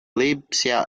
lipsia